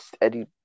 Eddie